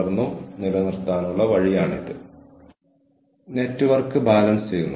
തുടർന്ന് team level HR സിസ്റ്റങ്ങളിലേക്ക് വിവരങ്ങൾ താഴേക്ക് പതിക്കുന്നു